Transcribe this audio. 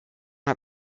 hat